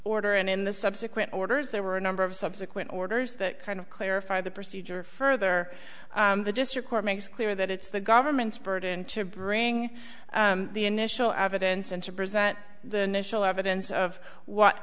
order and in the subsequent orders there were a number of subsequent orders that kind of clarify the procedure further the district court makes clear that it's the government's burden to bring the initial evidence and to present the nischelle evidence of what